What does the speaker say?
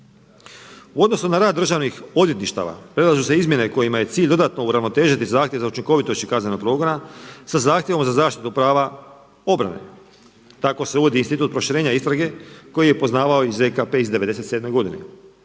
U odnosu na rad državnih odvjetništava predlažu se izmjene kojima je cilj dodatno uravnotežiti zahtjev za učinkovitošću kaznenog progona sa zaštitom za zaštitu prava obrane. Tako se uvodi institut proširenja istrage koji je poznavao i ZKP iz '97. godine,